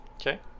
Okay